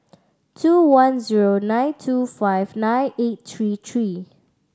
two one zero nine two five nine eight three three